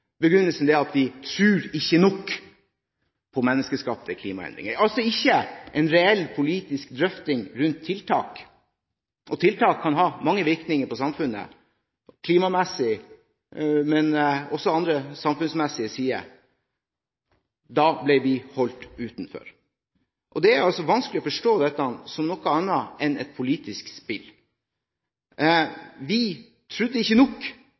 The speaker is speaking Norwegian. begrunnelsen for å holde Fremskrittspartiet ute fra forhandlingene da de ble gjenopptatt etter bruddet – og det fikk vi for så vidt også bekreftet fra representanten Marthinsen – er at vi ikke tror nok på menneskeskapte klimaendringer. Det var altså ikke en reell politisk drøfting rundt tiltak, og tiltak kan ha mange virkninger på samfunnet klimamessig, men også på andre samfunnsmessige sider. Da ble vi holdt utenfor.